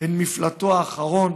הם מפלטו האחרון